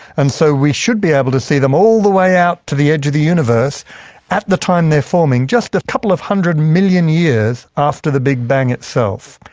and so we should be able to see them all the way out to the edge of the universe at the time they're forming just a couple of hundred million years after the big bang itself.